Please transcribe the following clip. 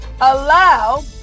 allow